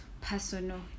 personal